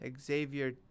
Xavier